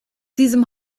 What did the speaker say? diesem